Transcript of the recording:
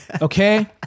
Okay